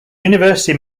university